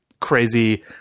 crazy